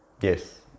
Yes